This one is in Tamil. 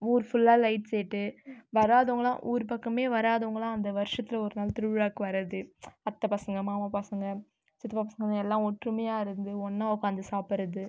ஊர் ஃபுல்லாக லைட் செட்டு வராதவங்களா ஊர் பக்கமே வராதவங்களா அந்த வர்ஷத்தில் ஒரு நாள் திருவிழாவுக்கு வரது அத்தை பசங்கள் மாமா பசங்கள் சித்தப்பா பசங்கனு எல்லா ஒற்றுமையா இருந்து ஒன்றா உக்காந்து சாப்பிடறது